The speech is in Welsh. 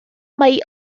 mai